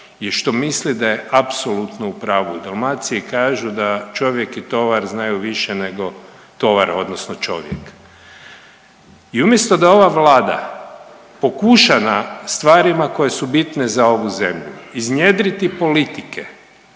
je što misle da je apsolutno u pravu, u Dalmaciji kažu da čovjek i tovar znaju više nego tovar odnosno čovjek. I umjesto da ova vlada pokuša na stvarima koje su bitne za ovu zemlju iznjedriti politike